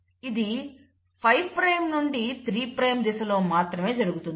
ఇది 5 ప్రైమ్ నుండి 3 ప్రైమ్ దిశలో మాత్రమే జరుగుతుంది